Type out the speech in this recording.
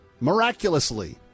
Miraculously